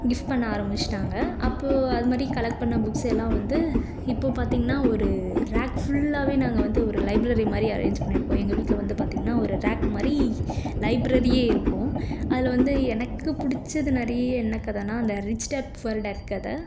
gift பண்ண ஆரம்மிச்சிட்டாங்க அப்போது அதுமாதிரி கலெக்ட் பண்ண புக்ஸெல்லாம் வந்து இப்போது பார்த்திங்கன்னா ஒரு ராக் ஃபுல்லாகவே நாங்கள் வந்து ஒரு லைப்ரரி மாதிரி அரேஞ்ச் பண்ணியிருப்போம் எங்கள் வீட்டில வந்து பார்த்திங்கன்னா ஒரு ரேக் மாதிரி லைப்ரரியே இருக்கும் அதில்வந்து எனக்கு பிடிச்சது நிறையா என்ன கதைனால் அந்த ரிச் டாட் புவர் டாட் கதை